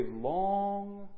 long